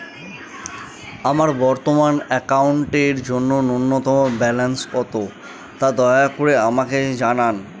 আমার বর্তমান অ্যাকাউন্টের জন্য ন্যূনতম ব্যালেন্স কত, তা দয়া করে আমাকে জানান